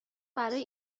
برای